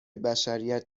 بشریت